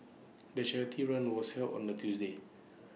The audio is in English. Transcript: the charity run was held on A Tuesday